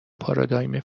پارادایم